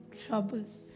troubles